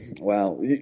Wow